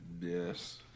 Yes